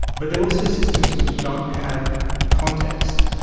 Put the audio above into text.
but there are also systems which don't have context.